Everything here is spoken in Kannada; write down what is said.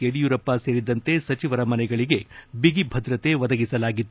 ಯಡಿಯೂರಪ್ಪ ಸೇರಿದಂತೆ ಸಚಿವರ ಮನೆಗಳಿಗೆ ಬಿಗಿ ಭದ್ರತೆ ಒದಗಿಸಲಾಗಿತ್ತು